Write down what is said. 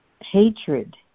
hatred